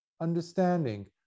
understanding